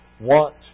want